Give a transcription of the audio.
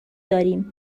داریم